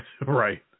right